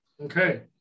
Okay